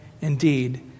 indeed